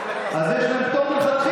אז יש להם פטור מלכתחילה.